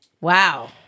Wow